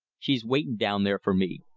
she's waitin' down there for me,